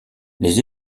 les